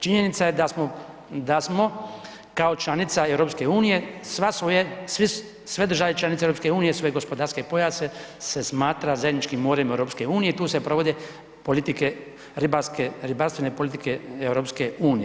Činjenica je da smo kao članica EU sva svoja, sve države članice EU svoje gospodarske pojase se smatra zajedničkim morem EU i tu se provode politike ribarske, ribarstvene politike EU.